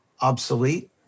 obsolete